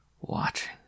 watching